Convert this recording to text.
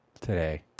today